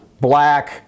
black